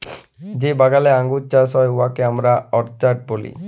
যে বাগালে আঙ্গুর চাষ হ্যয় উয়াকে আমরা অরচার্ড ব্যলি